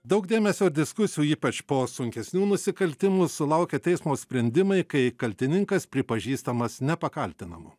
daug dėmesio diskusijų ypač po sunkesnių nusikaltimų sulaukė teismo sprendimai kai kaltininkas pripažįstamas nepakaltinamu